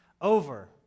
over